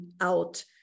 out